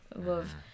love